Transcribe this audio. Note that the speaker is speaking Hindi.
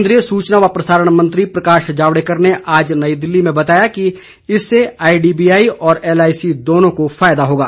केंद्रीय सूचना व प्रसारण मंत्री प्रकाश जावडेकर ने आज नई दिल्ली में बताया कि इससे आई डी बी आई और एल आई सी दोनों को फायदा होगा